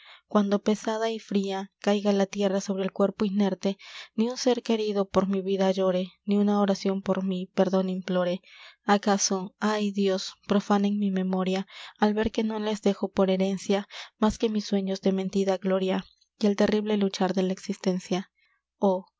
cuando pesada y fria caiga la tierra sobre el cuerpo inerte ni un sér querido por mi vida llore ni una oracion por mí perdon implore acaso ay dios profanen mi memoria al ver que no les dejo por herencia más que mis sueños de mentida gloria y el terrible luchar de la existencia oh